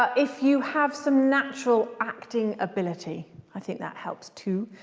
ah if you have some natural acting ability i think that helps too.